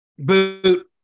Boot